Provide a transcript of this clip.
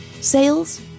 sales